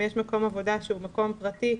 אם יש מקום עבודה שהוא מקום פרטי,